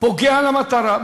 פוגע למטרה,